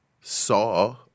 saw